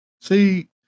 See